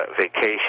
vacation